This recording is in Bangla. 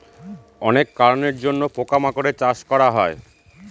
অনেক কারনের জন্য পোকা মাকড়ের চাষ করা হয়